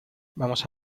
vamos